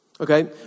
Okay